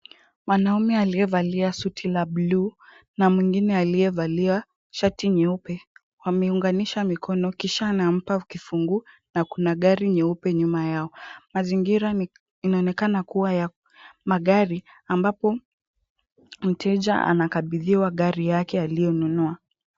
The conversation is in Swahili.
Mwanaume aliyevalia suti la bluu na mwingine aliyevalia shati nyeupe wameunganisha mikono kisha anampa kifunguu na kuna gari nyeupe nyuma yao. Mazingira inaonekana kuwa ya magari ambapo mteja anakabidhiwa gari yake aliyonunua.